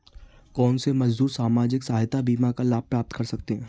कौनसे मजदूर सामाजिक सहायता बीमा का लाभ प्राप्त कर सकते हैं?